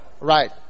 Right